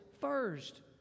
first